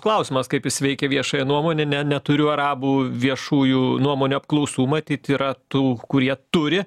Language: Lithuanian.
klausimas kaip jis veikia viešąją nuomonę ne neturiu arabų viešųjų nuomonių apklausų matyt yra tų kurie turi